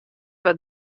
wat